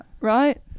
right